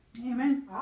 Amen